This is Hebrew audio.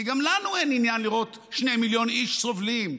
כי גם לנו אין עניין לראות שני מיליון איש סובלים,